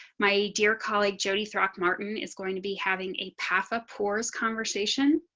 my dear colleague jody rock martin is going to be having a path of pores conversation.